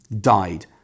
Died